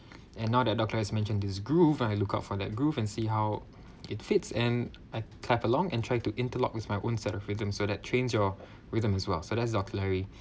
and now that doctor larry mentioned is groove and I look out for that groove and see how it fits and I clap along and try to interlock with my own set of rhythms so that change your rhythm as well so that doctor larry